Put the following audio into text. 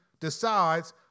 decides